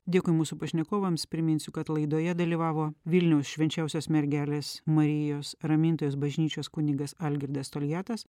dėkui mūsų pašnekovams priminsiu kad laidoje dalyvavo vilniaus švenčiausios mergelės marijos ramintojos bažnyčios kunigas algirdas toliatas